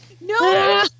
No